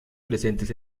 presentes